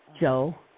Joe